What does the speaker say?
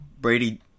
Brady